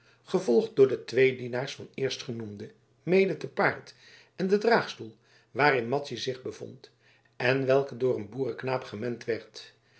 gevolgd door de twee dienaars van eerstgenoemde mede te paard en de draagstoel waarin madzy zich bevond en welke door een boerenknaap gemend werd